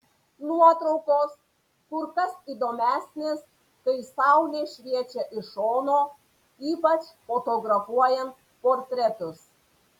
nuotraukos kur kas įdomesnės kai saulė šviečia iš šono ypač fotografuojant portretus